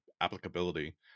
applicability